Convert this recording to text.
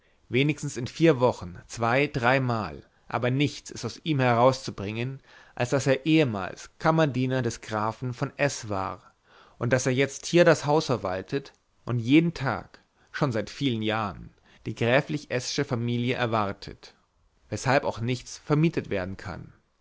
wenigstens in vier wochen zwei dreimal aber nichts ist aus ihm herauszubringen als daß er ehemals kammerdiener des grafen von s war daß er jetzt hier das haus verwaltet und jeden tag schon seit vielen jahren die gräflich s sche familie erwartet weshalb auch nichts vermietet werden kann